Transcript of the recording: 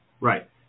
Right